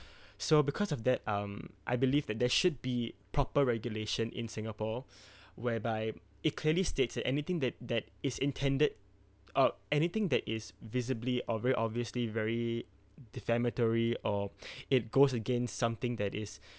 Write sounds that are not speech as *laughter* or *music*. *breath* so because of that um I believe that there should be proper regulation in singapore *breath* whereby it clearly stated anything that that is intended or anything that is visibly or very obviously very defamatory or *breath* it goes against something that is *breath*